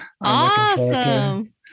awesome